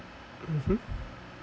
mmhmm